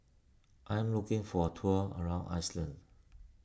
I am looking for a tour around Iceland